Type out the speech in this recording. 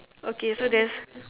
okay so there's